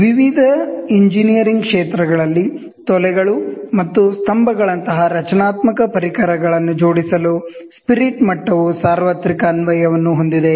ವಿವಿಧ ಎಂಜಿನಿಯರಿಂಗ್ ಕ್ಷೇತ್ರಗಳಲ್ಲಿ ತೊಲೆಗಳು ಮತ್ತು ಸ್ತಂಭ ಗಳಂತಹ ರಚನಾತ್ಮಕ ಪರಿಕರಗಳನ್ನು ಜೋಡಿಸಲು ಸ್ಪಿರಿಟ್ ಮಟ್ಟವು ಸಾರ್ವತ್ರಿಕ ಅನ್ವಯವನ್ನು ಹೊಂದಿದೆ